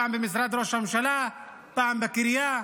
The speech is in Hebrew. פעם במשרד ראש הממשלה, פעם בקריה.